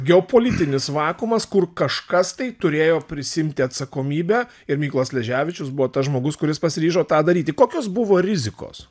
geopolitinis vakuumas kur kažkas tai turėjo prisiimti atsakomybę ir mykolas sleževičius buvo tas žmogus kuris pasiryžo tą daryti kokios buvo rizikos